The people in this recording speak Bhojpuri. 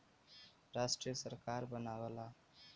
राष्ट्रीय सरकार बनावला